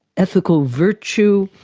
ethical virtue.